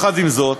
עם זאת,